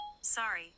Sorry